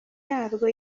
yarwo